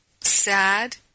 sad